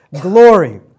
glory